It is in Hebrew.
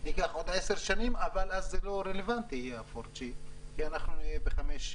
וזה ייקח עוד 10 שנים אבל אז זה לא יהיה רלוונטי כי אנחנו נהיה ב-5G.